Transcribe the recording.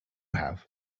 have